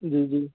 जी जी